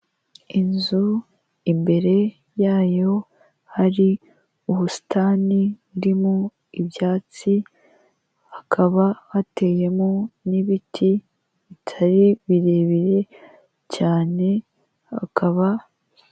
Inzu imbere yayo hari ubusitani burimo ibyatsi hakaba hateyemo nibiti bitari birebire cyane ha akaba.